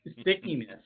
Stickiness